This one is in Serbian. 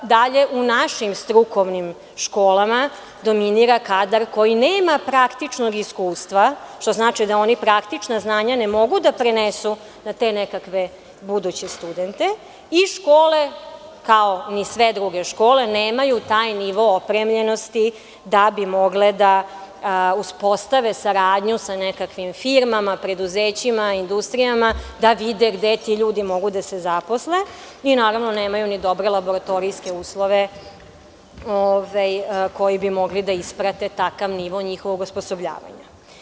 U našim strukovnim školama dominira kadar koji nema praktičnog iskustva, što znači da oni praktična znanja ne mogu da prenesu na te nekakve buduće studente i škole, kao ni sve druge škole, nemaju taj nivo opremljenosti da bi mogle da uspostave saradnju sa nekakvim firmama, preduzećima, industrijama da vide gde ti ljudi mogu da se zaposle i, naravno, nemaju ni dobre laboratorijske uslove koji bi mogli da isprate takav nivo njihovog osposobljavanja.